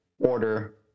order